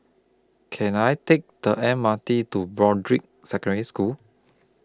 Can I Take The M R T to Broadrick Secondary School